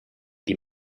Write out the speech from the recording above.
die